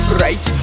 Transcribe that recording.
right